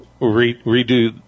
redo